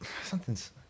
Something's